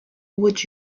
would